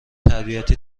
تربیتی